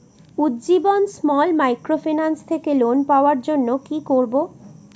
Ujjivan small microfinance থেকে loan পাওয়ার জন্য কি করব?